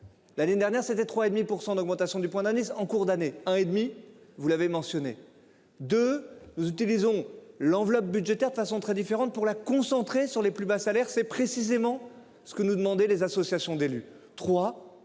L'année dernière c'était trois et demi, pour 100 d'augmentation du point d'indice en cours d'année, un et demi. Vous l'avez mentionné. De nous utilisons l'enveloppe budgétaire de façon très différente pour la concentrer sur les plus bas salaires. C'est précisément ce que nous demandaient les associations d'élus